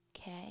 Okay